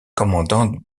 commandant